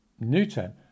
Newton